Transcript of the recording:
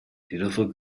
beautiful